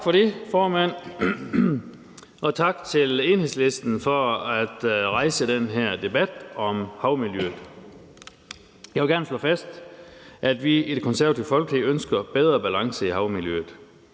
Tak for det, formand, og tak til Enhedslisten for at rejse den her debat om havmiljøet. Jeg vil gerne slå fast, at vi i Det Konservative Folkeparti ønsker en bedre balance i havmiljøet.